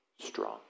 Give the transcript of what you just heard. strong